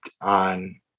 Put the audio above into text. on